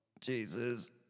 Jesus